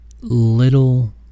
little